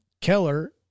Keller